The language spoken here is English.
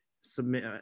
submit